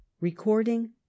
Recording